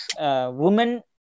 woman